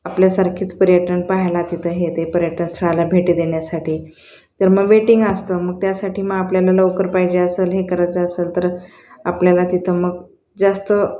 आपल्यासारखेच पर्यटन पाहायला तिथं हे ते पर्यटन स्थळाला भेटी देण्यासाठी तर मग वेटिंग असतं मग त्यासाठी मग आपल्याला लवकर पाहिजे असंल हे करायचं असंल तर आपल्याला तिथं मग जास्त